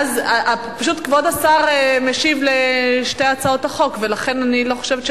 פשוט כבוד השר משיב על שתי הצעות החוק ולכן אני לא חושבת,